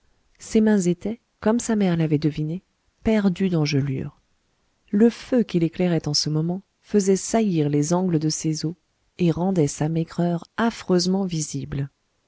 ses mains étaient comme sa mère l'avait deviné perdues d'engelures le feu qui l'éclairait en ce moment faisait saillir les angles de ses os et rendait sa maigreur affreusement visible